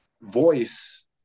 voice